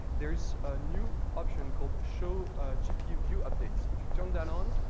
there is a new option called show gpu view updates. if you turn that on,